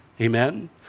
Amen